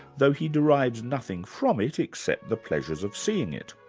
though he derives nothing from it except the pleasure of seeing it.